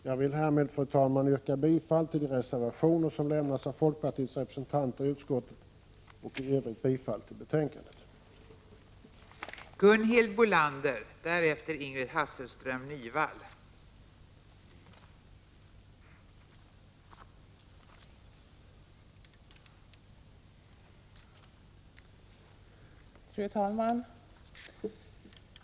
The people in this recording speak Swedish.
Jag vill härmed, fru talman, yrka bifall till de reservationer som har avlämnats av folkpartirepresentanter i utskottet och i övrigt bifall till utskottets hemställan.